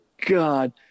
god